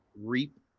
REAP